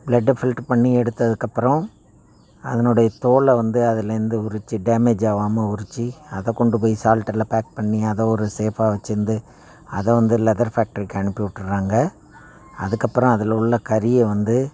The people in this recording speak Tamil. ப்ளெட்டை ஃபில்ட்ரு பண்ணி எடுத்ததுக்கப்புறம் அதனுடைய தோலை வந்து அதுலேருந்து உரிச்சு டேமேஜ் ஆகாம உரிச்சு அதைக் கொண்டு போய் சால்ட் எல்லாம் பேக் பண்ணி அதை ஒரு சேஃபாக வச்சிருந்து அதை வந்து லெதர் ஃபேக்ட்ரிக்கு அனுப்பி விட்டுர்றாங்க அதுக்கப்புறம் அதில் உள்ள கறியை வந்து